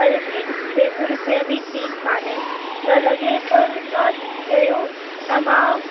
अरे भेण छह सौ रुपया बि ठीकु कान्हे त लॻे पर तव्हां चओ त मां